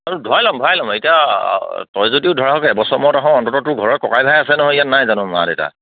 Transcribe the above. ভৰাই ল'ম ভৰাই ল'ম এতিয়া তই যদিও ধৰক এবছৰ মূৰত আহ অন্তত তোৰ ঘৰত ককাই ভাই আছে নহয় ইয়াত নাই জানো মা দেউতা এয়া